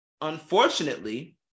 unfortunately